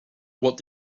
what